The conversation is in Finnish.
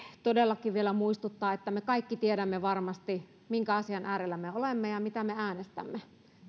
todellakin vielä muistuttaa että me kaikki tietäisimme varmasti minkä asian äärellä me olemme ja mitä me äänestämme